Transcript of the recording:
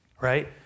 right